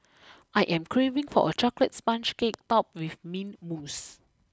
I am craving for a Chocolate Sponge Cake topped with Mint Mousse